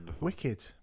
Wicked